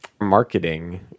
Marketing